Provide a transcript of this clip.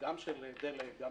התמונה היא נורא פשוטה.